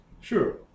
Sure